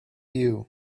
you